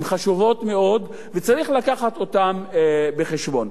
הן חשובות מאוד וצריך לקחת אותן בחשבון.